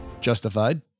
Justified